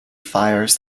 fires